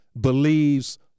believes